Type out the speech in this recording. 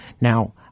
now